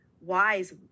wise